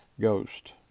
Ghost